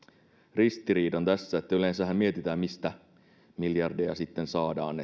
ristiriidan tässä että yleensähän mietitään mistä miljardeja saadaan